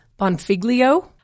Bonfiglio